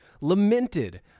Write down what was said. lamented